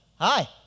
Hi